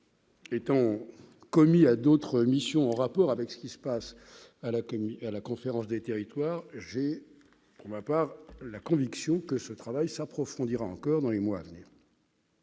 Étant commis à d'autres missions en rapport avec ce qui se passe au sein de la Conférence des territoires, j'ai, pour ma part, la conviction que ce travail s'approfondira encore dans les mois à venir.